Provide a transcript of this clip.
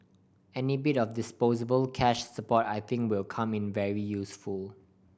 any bit of disposable cash support I think will come in very useful